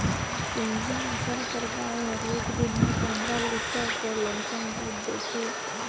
सिंघी नसल कर गाय हर एक दिन में पंदरा लीटर कर लमसम दूद देथे